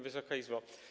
Wysoka Izbo!